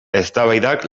eztabaidak